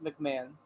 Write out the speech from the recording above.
McMahon